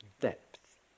depth